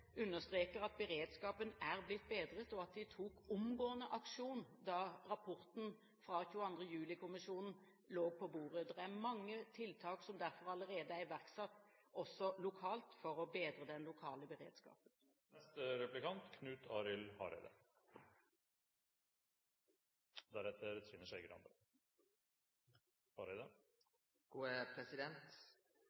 understreker både at beredskapen er blitt bedret, og at de tok omgående aksjon da rapporten fra 22. juli-kommisjonen lå på bordet. Det er mange tiltak som derfor allerede er iverksatt også lokalt for å bedre den lokale